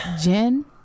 Jen